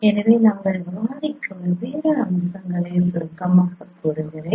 எனவே நாங்கள் விவாதித்த வெவ்வேறு அம்சங்களை சுருக்கமாகக் கூறுகிறேன்